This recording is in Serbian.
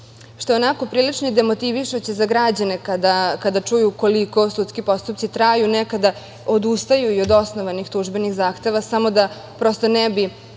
što je onako prilično demotivišuće za građane kada čuju koliko sudski postupku traju, nekada odustaju i od osnovanih tužbenih zahteva da ne bi